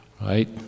right